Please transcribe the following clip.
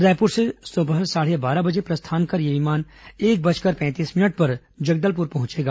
रायपुर से दोपहर साढ़े बारह बजे प्रस्थान कर यह विमान एक बजकर पैंतीस मिनट पर जगदलपुर पहंचेगा